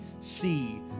see